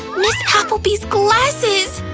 ms. applebee's glasses!